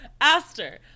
Aster